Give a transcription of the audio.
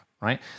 right